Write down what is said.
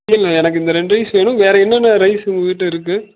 இல்லைங்க எனக்கு இந்த ரெண்டு ரைஸ் வேணும் வேறு என்னென்ன ரைஸ் உங்கள் கிட்டே இருக்குது